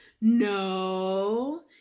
no